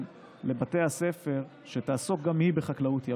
לבתי הספר שתעסוק גם היא בחקלאות ימית.